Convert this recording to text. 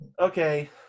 Okay